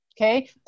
okay